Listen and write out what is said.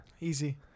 Easy